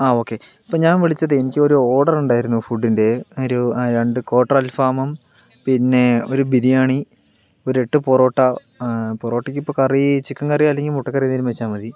ആ ഓക്കെ ഇപ്പോൾ ഞാൻ വിളിച്ചത് എനിക്കൊരു ഓർഡറുണ്ടായിരുന്നു ഫുഡിൻ്റെ ഒരു രണ്ട് ക്വാർട്ടർ അൽഫാമും പിന്നെ ഒരു ബിരിയാണി ഒരെട്ട് പൊറോട്ട പൊറോട്ടക്കിപ്പ കറി ചിക്കൻ കറി അല്ലങ്കിൽ മുട്ടക്കറി എന്തെങ്കിലും വച്ചാ മതി